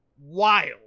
wild